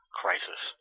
crisis